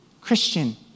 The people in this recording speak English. Christian